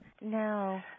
No